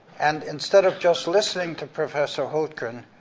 and instead of just listening to professor hultgren,